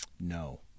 No